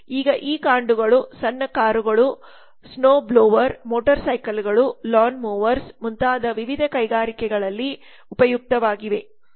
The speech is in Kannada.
ಈಗ ಈ ಕಾಂಡಗಳು ಸಣ್ಣ ಕಾರುಗಳುಸ್ನೋಬ್ಲೋವರ್ ಮೋಟರ್ ಸೈಕಲ್ಗಳು lawn mowers motorcycles lawn mowers ಮುಂತಾದವಿವಿಧ ಕೈಗಾರಿಕೆಗಳಲ್ಲಿ ಉಪಯುಕ್ತವಾಗಿವೆ